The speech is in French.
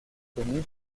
connu